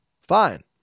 fine